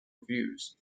reviews